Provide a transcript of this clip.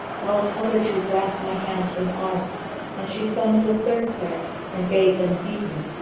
whilst other two grasped my hands and arms and she summoned a third pair and bade them beat me.